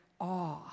awe